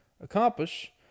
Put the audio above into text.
accomplish